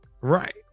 right